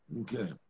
Okay